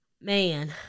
Man